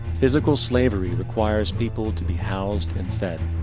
physical slavery requires people to be housed and fed.